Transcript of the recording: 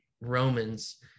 Romans